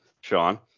Sean